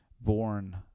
born